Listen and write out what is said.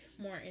more